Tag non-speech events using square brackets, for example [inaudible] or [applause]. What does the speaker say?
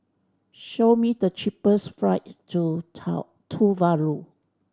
show me the cheapest flights to [unintelligible] Tuvalu